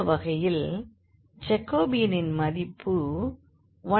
இந்த வகையில் ஜாகோபியன் மதிப்பு 12 ஆகும்